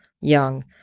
young